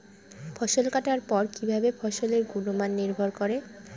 ফসল কাটার উপর কিভাবে ফসলের গুণমান নির্ভর করে?